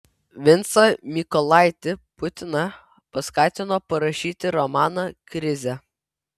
vincą mykolaitį putiną paskatino parašyti romaną krizė